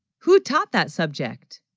who taught that subject